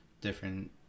different